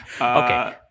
Okay